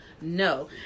no